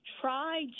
try